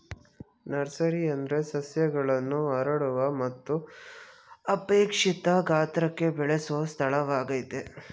nursery ಅಂದ್ರೆ ಸಸ್ಯಗಳನ್ನು ಹರಡುವ ಮತ್ತು ಅಪೇಕ್ಷಿತ ಗಾತ್ರಕ್ಕೆ ಬೆಳೆಸೊ ಸ್ಥಳವಾಗಯ್ತೆ